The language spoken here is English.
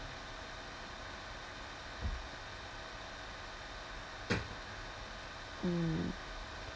mm